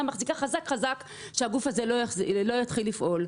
מחזיקה חזק-חזק שהגוף הזה לא יתחיל לפעול,